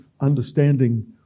understanding